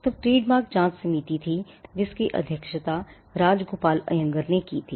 तब ट्रेडमार्क जांच समिति थी जिसकी अध्यक्षता राजगोपाल अयंगर ने की थी